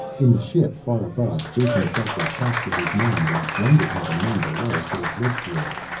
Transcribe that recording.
in the ship, far above, jason felt the shock to his mind and wondered how the men below could have lived through it.